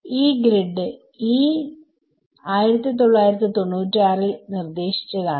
ഈ grid Yee 1996 ൽ നിർദ്ദേശിച്ചതാണ്